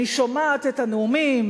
אני שומעת את הנאומים,